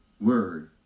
word